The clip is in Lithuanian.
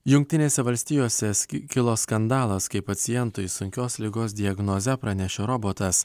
jungtinėse valstijose kilo skandalas kai pacientui sunkios ligos diagnozę pranešė robotas